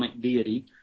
...deity